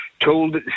told